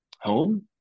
home